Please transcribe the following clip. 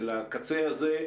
של הקצה הזה,